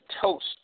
toast